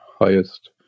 highest